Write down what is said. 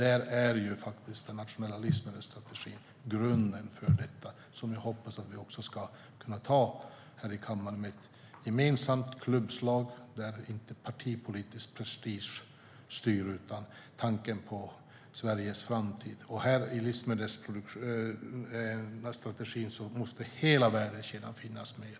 Där är den nationella livsmedelsstrategin grunden. Jag hoppas att vi kan anta den i kammaren med ett gemensamt klubbslag där inte partipolitisk prestige styr utan tanken på Sveriges framtid. I livsmedelsstrategin måste hela värdekedjan finnas med.